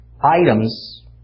items